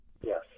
Yes